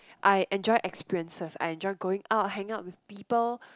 I enjoy experiences I enjoy going out hang out with people